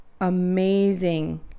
amazing